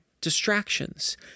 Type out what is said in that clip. distractions